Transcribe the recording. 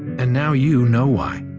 and now you knowhy